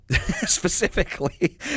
specifically